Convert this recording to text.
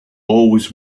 always